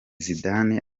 zidane